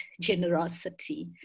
generosity